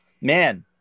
man